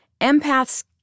empaths